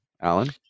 Alan